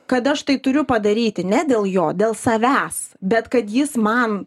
kad aš tai turiu padaryti ne dėl jo dėl savęs bet kad jis man